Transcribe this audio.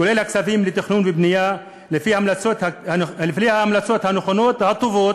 כולל הכספים לתכנון ובנייה לפי ההמלצות הנכונות והטובות,